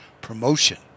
promotion